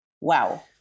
Wow